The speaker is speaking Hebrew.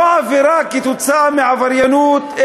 לא עבירה כתוצאה מעבריינות,